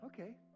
okay